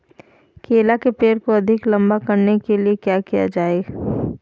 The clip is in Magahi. केला के पेड़ को अधिक लंबा करने के लिए किया किया जाए?